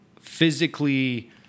physically